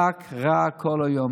רק רע כל היום.